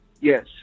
Yes